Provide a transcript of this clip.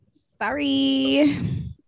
Sorry